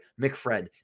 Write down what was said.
McFred